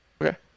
Okay